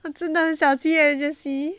那真的很小气 eh jessie